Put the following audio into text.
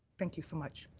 thank you so much.